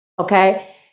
Okay